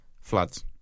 floods